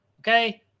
okay